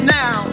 now